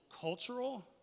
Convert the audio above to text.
cultural